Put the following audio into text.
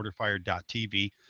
orderfire.tv